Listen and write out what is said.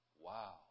Wow